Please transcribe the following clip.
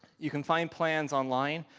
you can find plans on line.